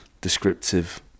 descriptive